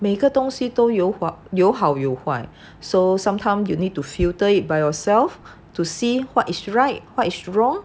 每个东西都有吧有好有坏 so sometime you need to filter it by yourself to see what is right or wrong